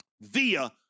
via